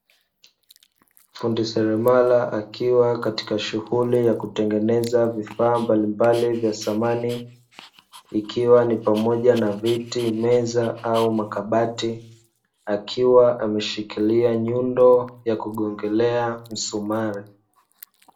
Fundi Seremala akiwa katika Shughuli ya kutengeneza vifaa mbalimbali vya samani, ikiwa ni pamoja; na viti, meza au makabati, akiwa ameshikilia nyundo ya kugongelea misumari.